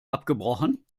abgebrochen